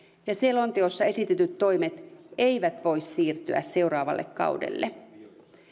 ja selonteossa esitetyt toimet eivät voi siirtyä seuraavalle kaudelle